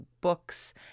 books